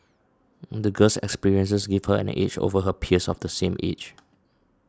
the girl's experiences gave her an edge over her peers of the same age